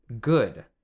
Good